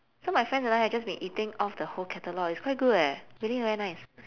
so my friends and I have just been eating off the whole catalogue it's quite good eh really very nice